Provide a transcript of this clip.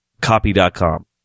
copy.com